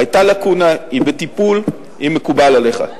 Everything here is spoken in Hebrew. היתה לקונה, היא בטיפול, אם מקובל עליך.